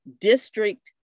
district